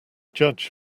judge